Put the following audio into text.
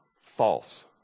False